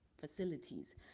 facilities